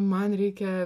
man reikia